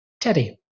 Teddy